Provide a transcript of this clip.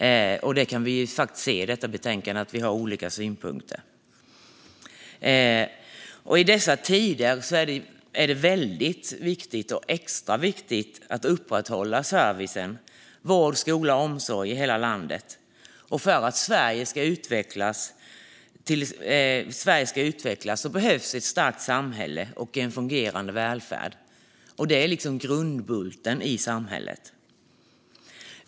I detta betänkande kan vi se att vi har olika synpunkter. I dessa tider är det extra viktigt att upprätthålla service, vård, skola och omsorg i hela landet. För att Sverige ska utvecklas behövs ett starkt samhälle och en fungerande välfärd. Det är grundbulten i samhället.